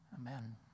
Amen